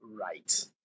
right